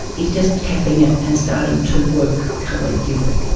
it's just tapping it and starting to work collectively.